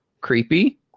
creepy